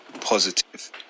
positive